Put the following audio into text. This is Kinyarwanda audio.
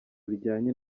bijyanye